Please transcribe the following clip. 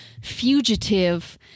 fugitive